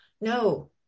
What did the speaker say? No